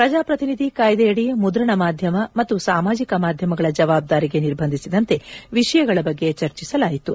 ಪ್ರಜಾಪ್ರತಿನಿಧಿ ಕಾಯ್ದೆಯಡಿ ಮುದ್ರಣ ಮಾಧ್ಯಮ ಮತ್ತು ಸಾಮಾಜಿಕ ಮಾಧ್ಯಮಗಳ ಜವಾಬ್ದಾರಿಗೆ ನಿರ್ಬಂಧಿಸಿದ ವಿಷಯಗಳ ಬಗ್ಗೆ ಚರ್ಚಿಸಲಾಯಿತು